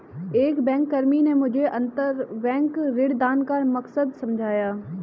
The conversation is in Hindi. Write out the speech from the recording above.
एक बैंककर्मी ने मुझे अंतरबैंक ऋणदान का मकसद समझाया